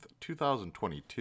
2022